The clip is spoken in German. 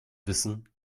wissen